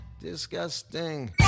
disgusting